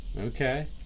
Okay